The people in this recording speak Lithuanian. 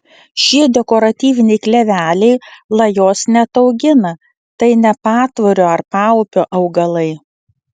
šie dekoratyviniai kleveliai lajos neataugina tai ne patvorio ar paupio augalai